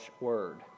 word